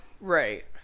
Right